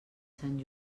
sant